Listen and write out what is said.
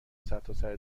سرتاسر